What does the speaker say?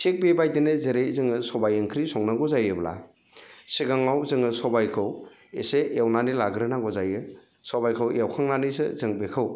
थिग बेबायदिनो जेरै जोङो सबाइ ओंख्रि संनांगौ जायोब्ला सिगाङाव जोङो सबाइखौ एसे एवनानै लाग्रोनांगौ जायो सबाइखौ एवखांनानैसो जों बेखौ